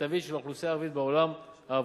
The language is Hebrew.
מיטבית של האוכלוסייה הערבית בעולם העבודה.